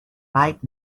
right